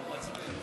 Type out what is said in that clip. בבקשה.